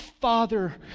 Father